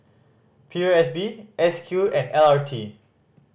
P O S B S Q and L R T